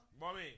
Mommy